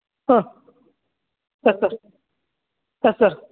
ಹಾಂ ಸರ್ ಸರಿ ಸರಿ ಸರ್